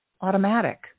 automatic